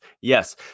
Yes